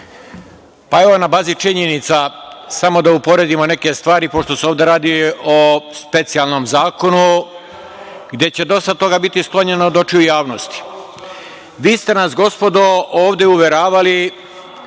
Na bazi činjenica da uporedimo neke stvari, pošto se ovde radi o specijalnom zakonu gde će dosta toga biti sklonjeno od očiju javnosti. Vi ste nas, gospodo, ovde uveravali